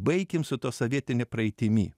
baikim su tuo sovietine praeitimi